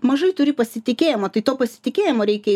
mažai turi pasitikėjimo tai to pasitikėjimo reikia